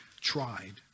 tried